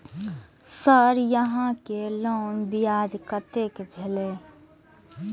Sir यहां के loan ब्याज कतेक भेलेय?